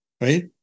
Right